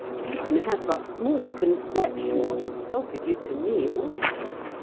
you can have but small conception what a help it is to me also.